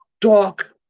dark